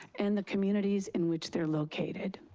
and the communities in which they're located.